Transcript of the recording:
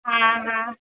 हँ हँ